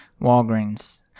Walgreens